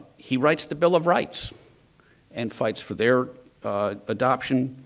he writes the bill of rights and fights for their adoption.